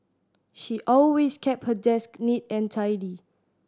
she always keep her desk neat and tidy